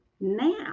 now